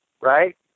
right